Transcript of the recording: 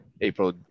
April